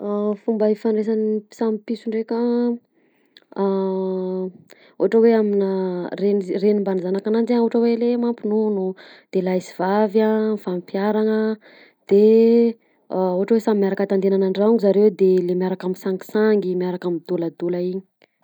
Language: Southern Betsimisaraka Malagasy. Ah fomba ifandraisan'ny samy piso nndreka a ohatra hoe amina reny reny mbaniny zanakan'anjy a ohatra hoe le mampinono de lahy sy vavy a mifampiaragna de ohatry hoe samy miaraka tandenana andrano zareo a de le miaraka misangisangy miaraky midôladôla iny.